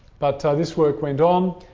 but this work went on,